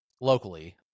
locally